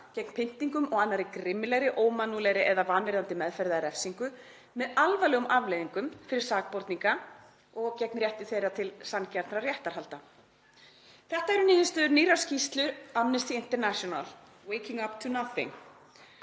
gegn pyndingum og annarri grimmilegri, ómannúðlegri eða vanvirðandi meðferð eða refsingu með alvarlegum afleiðingum fyrir sakborninga og rétt þeirra til sanngjarnra réttarhalda. Þetta eru niðurstöður nýrrar skýrslu Amnesty International, „Waking up to nothing: